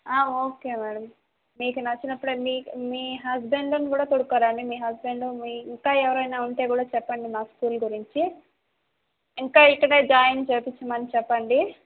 okay madam మీకు నచ్చినప్పుడే మీ మీ హస్బెండుని కూడా తోడుకొని రండి మీ హస్బెండు మీ ఇంకా ఎవరైనా ఉంటే కూడా చెప్పండి మా స్కూల్ గురించి ఇంకా ఇక్కడే జాయిన్ చేపిచ్చమని చెప్పండి